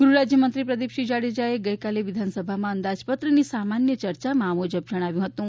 ગૃહરાજ્યમંત્રી પ્રદીપસિંહ જાડેજાએ ગઇકાલે વિધાનસભામાં અંદાજપત્રની સામાન્ય ચર્ચામાં આ મુજબ જણાવ્યું હતું